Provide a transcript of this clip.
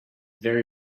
very